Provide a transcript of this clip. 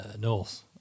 North